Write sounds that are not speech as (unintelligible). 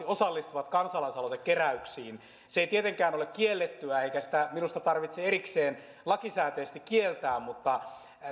(unintelligible) osallistuvat kansalaisaloitekeräyksiin se ei tietenkään ole kiellettyä eikä sitä minusta tarvitse erikseen lakisääteisesti kieltää mutta